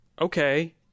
okay